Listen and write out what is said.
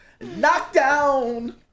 Knockdown